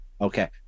Okay